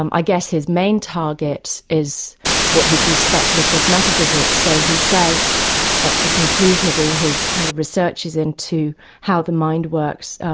um i guess his main target is what he calls speculative metaphysics. so he says at the conclusion of all his kind of researches into how the mind works,